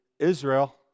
Israel